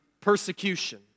persecution